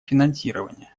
финансирование